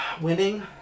winning